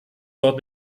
dort